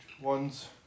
ones